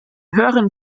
höheren